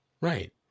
Right